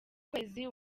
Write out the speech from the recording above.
kwezi